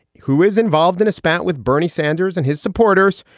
who is involved in a spat with bernie sanders and his supporters,